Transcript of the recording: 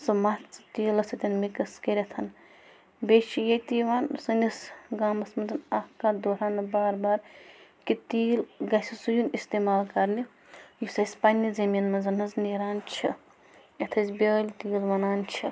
سُہ مَتھ ژٕ تیٖلَس سۭتۍ مِکٕس کٔرِتھ بیٚیہِ چھِ ییٚتہِ یِوان سٲنِس گامَس منٛز اَکھ کَتھ دۄہراونہٕ بار بار کہِ تیٖل گَژھِ سُہ یُن اِستعمال کَرنہٕ یُس اَسہِ پَنٛنہِ زٔمیٖن منٛز حظ نیران چھِ یَتھ أسۍ بیٛٲلۍ تیٖل وَنان چھِ